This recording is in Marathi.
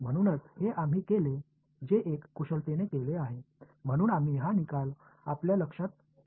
म्हणूनच हे आम्ही केले जे एक कुशलतेने केले आहे म्हणून आम्ही हा निकाल आपल्या लक्षात ठेवत राहणार आहोत